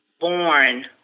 born